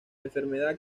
enfermedad